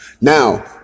Now